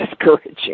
discouraging